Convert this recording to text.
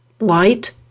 light